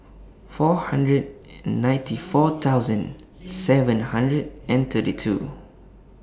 four hundred ninety four thousand seven hundred and thirty two